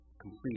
complete